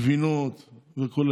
גבינות וכו',